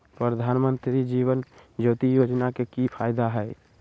प्रधानमंत्री जीवन ज्योति योजना के की फायदा हई?